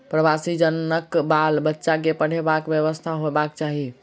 प्रवासी जनक बाल बच्चा के पढ़बाक व्यवस्था होयबाक चाही